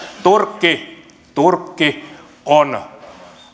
turkki turkki on